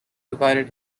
divided